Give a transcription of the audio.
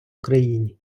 україні